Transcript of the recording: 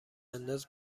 انداز